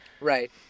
Right